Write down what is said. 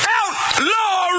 outlaw